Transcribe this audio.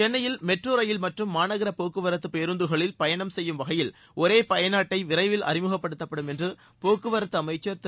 சென்னையில் metro rail மற்றும் மாநகர போக்குவரத்து பேருந்துகளில் பயணம் செய்யும் வகையில் ஒரே பயண அட்டை விரைவில் அறிமுகப்படுத்தப்படும் என்று போக்குவரத்து அமைச்சர் திரு